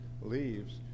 leaves